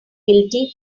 guilty